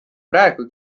praegu